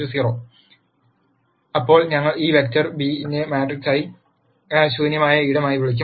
0 അപ്പോൾ ഞങ്ങൾ ഈ വെക്റ്റർ β നെ മാട്രിക്സിന്റെ ശൂന്യമായ ഇടമായി വിളിക്കും